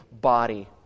body